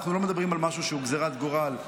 אנחנו לא מדברים על משהו שהוא גזרת גורל.